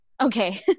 Okay